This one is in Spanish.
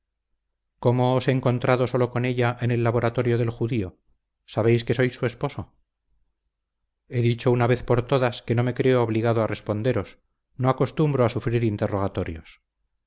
cómo os he encontrado solo con ella en el laboratorio del judío sabéis que soy su esposo he dicho una vez por todas que no me creo obligado a responderos no acostumbro a sufrir interrogatorios